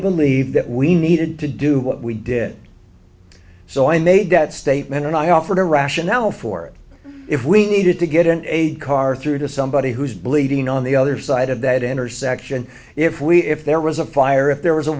believe that we needed to do what we did so i made that statement and i offered a rationale for it if we needed to get in a car through to somebody who's bleeding on the other side of that intersection if we if there was a fire if there was a